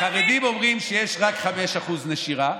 החרדים אומרים שיש רק 5% נשירה,